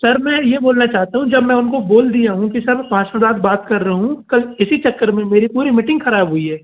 sir मैं यह बोलना चाहता हूँ जब मैं उनको बोल दिया हूँ कि सर पाँच मिनट बाद बात कर रहा हूँ कल इसी चक्कर में मेरी पूरी मीटिंग ख़राब हुई है